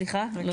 סליחה.